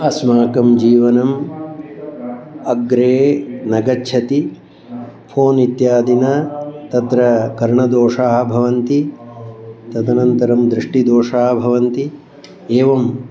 अस्माकं जीवनम् अग्रे न गच्छति फ़ोन् इत्यादिनां तत्र कर्णदोषाः भवन्ति तदनन्तरं दृष्टिदोषाः भवन्ति एवम्